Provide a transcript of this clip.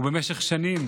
ובמשך שנים